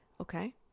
okay